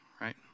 right